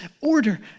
order